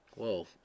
Whoa